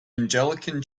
anglican